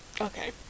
okay